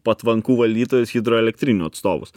patvankų valytojus hidroelektrinių atstovus